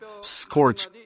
scorch